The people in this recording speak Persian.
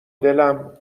دلم